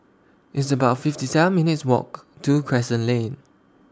It's about fifty seven minutes' Walk to Crescent Lane